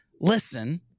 listen